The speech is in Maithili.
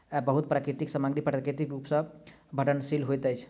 बहुत प्राकृतिक सामग्री प्राकृतिक रूप सॅ सड़नशील होइत अछि